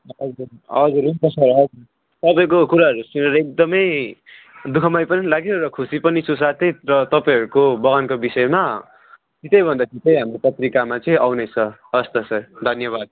हजुर हुन्छ सर हजुर तपाईँको कुराहरू सुनेर एकदमै दुःखमय पनि लाग्यो र खुसी पनि छु साथै र तपाईँहरूको बगानको विषयमा छिटैभन्दा छिटै हाम्रो पत्रिकामा चाहिँ आउने छ हस् त सर धन्यवाद